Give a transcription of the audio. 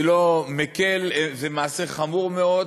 אני לא מקל, זה מעשה חמור מאוד,